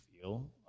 feel